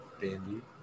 Dandy